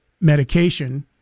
medication